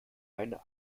eine